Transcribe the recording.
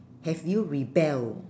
have you rebel